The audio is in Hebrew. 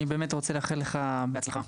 אני באמת רוצה לאחל לך בהצלחה.